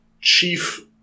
Chief